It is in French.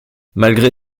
malgré